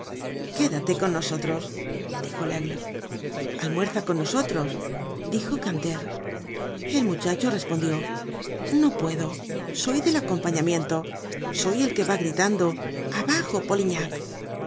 quédate con nosotros dijo laigle almuerza con nosotros dijo grantaire el muchacho respondió no puedo soy del